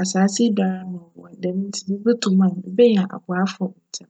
asaase yi do ara na cwc djm ntsi biribi to me a, mebenya aboafo ntsjm.